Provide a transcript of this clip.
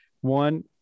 one